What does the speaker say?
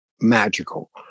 magical